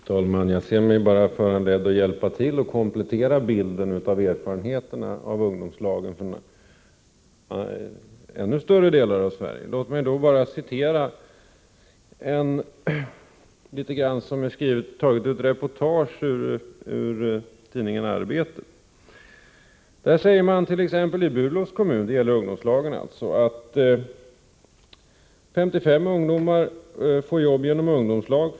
Fru talman! Jag känner mig bara föranledd att hjälpa till att komplettera bilden av erfarenheterna av ungdomslagen för ännu större delar av Sverige. Låt mig citera ett reportage i tidningen Sydsvenska Dagbladet. I Burlövs kommun säger man att ”55 ungdomar får jobb genom ungdomslagen.